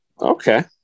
Okay